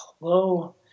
hello